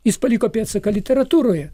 jis paliko pėdsaką literatūroje